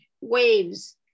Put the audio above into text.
waves